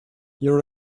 your